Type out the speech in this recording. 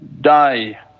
die